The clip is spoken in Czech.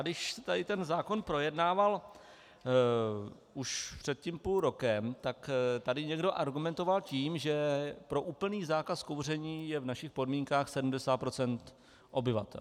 Když se tady zákon projednával už před půl rokem, tak tady někdo argumentoval tím, že pro úplný zákaz kouření je v našich podmínkách 70 % obyvatel.